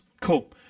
Cool